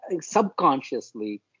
subconsciously